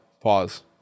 Pause